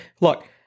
look